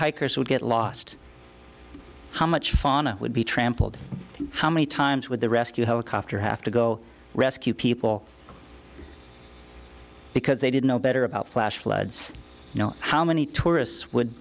hikers would get lost how much fun it would be trampled how many times with a rescue helicopter have to go rescue people because they didn't know better about flash floods you know how many tourists would